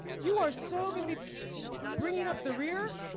you are so gonna be bringing up the rear.